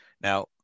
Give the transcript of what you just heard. Now